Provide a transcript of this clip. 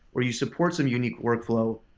or you support some unique workflow,